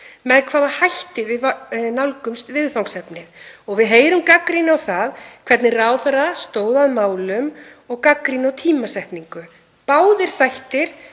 með hvaða hætti við nálgumst viðfangsefnið og við heyrum gagnrýni á það hvernig ráðherra stóð að málum og gagnrýni á tímasetningu; tveir þættir